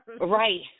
right